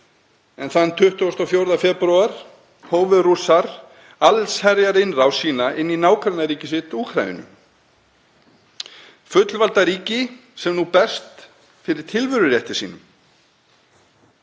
en þann 24. febrúar hófu Rússar allsherjarinnrás sína inn í nágrannaríki sitt Úkraínu, fullvalda ríki sem nú berst fyrir tilverurétti sínum.